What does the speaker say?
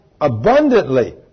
abundantly